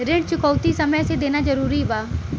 ऋण चुकौती समय से देना जरूरी बा?